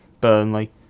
Burnley